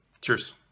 cheers